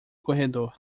corredor